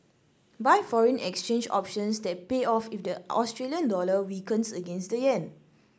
buy foreign exchange options that pay off if the Australian dollar weakens against the yen